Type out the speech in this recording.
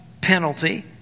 penalty